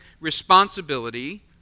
responsibility